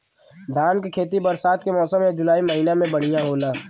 धान के खेती बरसात के मौसम या जुलाई महीना में बढ़ियां होला?